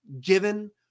given